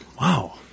Wow